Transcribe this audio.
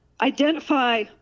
identify